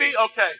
okay